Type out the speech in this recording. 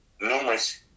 numerous